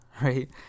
right